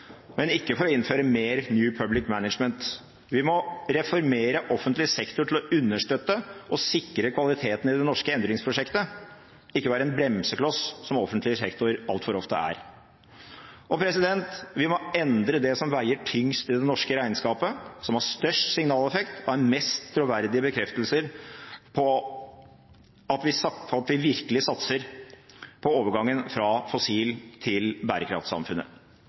men ikke for å innføre mer New Public Management. Vi må reformere offentlig sektor til å understøtte og sikre kvaliteten i det norske endringsprosjektet, ikke være en bremsekloss, som offentlig sektor altfor ofte er. Og vi må endre det som veier tyngst i det norske regnskapet, som har størst signaleffekt og er mest troverdige bekreftelser på at vi virkelig satser på overgangen fra fossilt til bærekraftsamfunnet.